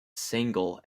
single